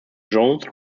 jones